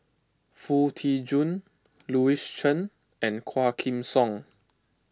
Foo Tee Jun Louis Chen and Quah Kim Song